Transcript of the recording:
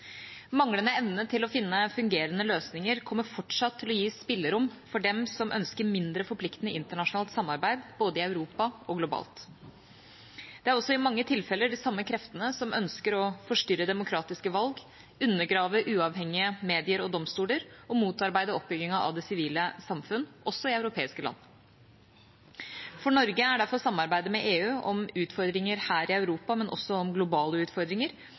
Manglende evne til å finne fungerende løsninger kommer fortsatt til å gi spillerom for dem som ønsker mindre forpliktende internasjonalt samarbeid både i Europa og globalt. Det er i mange tilfeller de samme kreftene som ønsker å forstyrre demokratiske valg, undergrave uavhengige medier og domstoler og motarbeide oppbyggingen av det sivile samfunn – også i europeiske land. For Norge er derfor samarbeidet med EU om utfordringer her i Europa, men også om globale utfordringer,